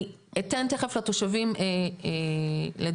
אני אתן תיכף לתושבים לדבר.